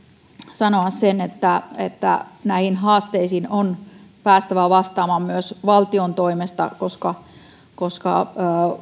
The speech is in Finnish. sanoa että että näihin haasteisiin on päästävä vastaamaan myös valtion toimesta koska koska